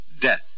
death